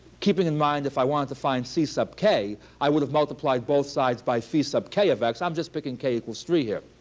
keeping in mind if i wanted to find c sub k, i would have multiplied both sides by phi sub k of x. i'm just picking k equals three here.